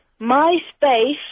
MySpace